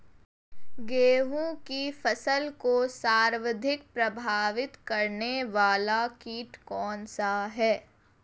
गेहूँ की फसल को सर्वाधिक प्रभावित करने वाला कीट कौनसा है?